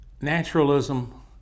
naturalism